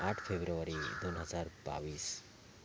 आठ फेब्रुवारी दोन हजार बावीस